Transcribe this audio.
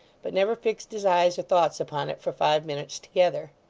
but never fixed his eyes or thoughts upon it for five minutes together.